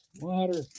Water